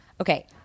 okay